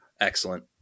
excellent